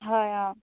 হয় অঁ